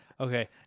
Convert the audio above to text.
Okay